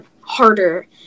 harder